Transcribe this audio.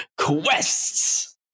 Quests